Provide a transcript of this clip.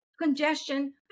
congestion